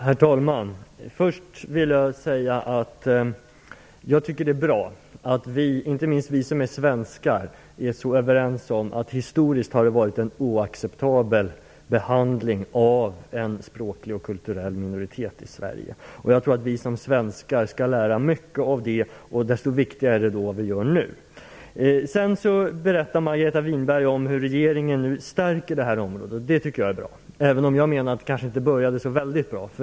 Herr talman! Först vill jag säga att det är bra att vi - inte minst vi svenskar - är så överens om att behandlingen historiskt av en språklig och kulturell minoritet i Sverige har varit oacceptabel. Jag tror att vi som svenskar skall lära mycket av det, och därför är det vi gör nu desto viktigare. Margareta Winberg berättade att regeringen nu stärker detta område. Det är bra, även om det enligt min mening inte började särskilt bra.